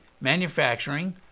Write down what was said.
manufacturing